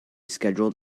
schedule